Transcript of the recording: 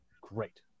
Great